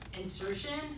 insertion